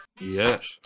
Yes